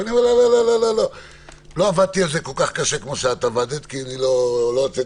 אנחנו לא מכירים כל כך את תוכנית היציאה.